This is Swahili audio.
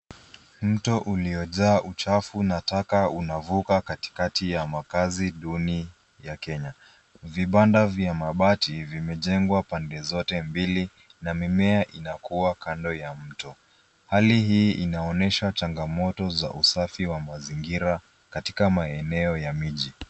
Mto uliojaa uchafu na taka unavuka katikati ya makazi duni ya Kenya. Vibanda vya mabati vimejengwa pande zote mbili na mimea inakua kando ya mto. Hali hii inaonyesha changamoto za usafi wa mazingira katika maeneo ya miji.